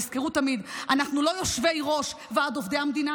תזכרו תמיד: אנחנו לא יושבי-ראש ועד עובדי המדינה,